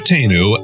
Tenu